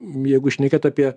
jeigu šnekėt apie